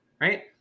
right